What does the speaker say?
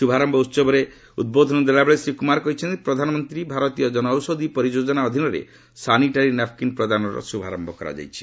ଶ୍ରଭାରମ୍ଭ ଉହବରେ ଉଦ୍ବୋଧନ ଦେଲା ବେଳେ ଶ୍ରୀ କୁମାର କହିଛନ୍ତି ପ୍ରଧାନମନ୍ତ୍ରୀ ଭାରତୀୟ ଜନଔଷଧୀ ପରିଯୋଜନା ଅଧୀନରେ ସାନିଟାରୀ ନାପ୍କିନ୍ ପ୍ରଦାନର ଶୁଭାରମ୍ଭ କରାଯାଇଛି